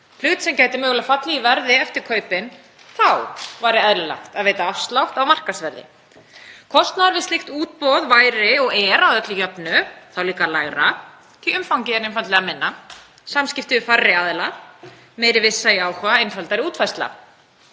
hlut sem gæti mögulega fallið í verði eftir kaupin, þá væri eðlilegt að veita afslátt á markaðsverði. Kostnaður við slíkt útboð væri og er að öllu jöfnu líka lægri því umfangið er einfaldlega minna, samskipti við færri aðila, meiri vissa í áhuga, einfaldari útfærsla.